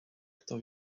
kto